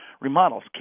remodels